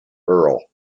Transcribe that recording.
earl